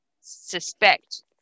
suspect